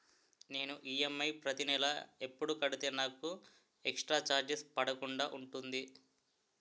నేను ఈ.ఎమ్.ఐ ప్రతి నెల ఎపుడు కడితే నాకు ఎక్స్ స్త్ర చార్జెస్ పడకుండా ఉంటుంది?